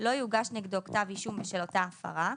לא יוגש נגדו כתב אישום בשל אותה הפרה,